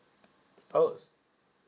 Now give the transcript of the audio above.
I was